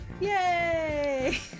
Yay